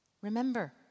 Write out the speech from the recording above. Remember